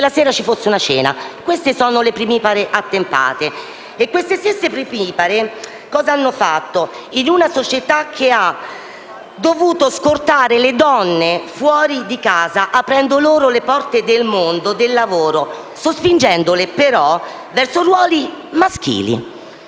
del senatore Campanella)*. Queste sono le primipare attempate. E queste stesse primipare si ritrovano in una società che ha dovuto scortare le donne fuori casa, aprendo loro le porte del mondo del lavoro, sospingendole, però, verso ruoli maschili.